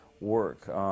work